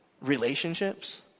Relationships